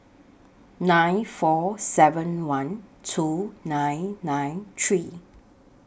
nine four seven one two nine nine three